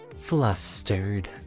Flustered